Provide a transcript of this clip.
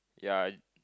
yeah